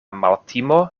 maltimo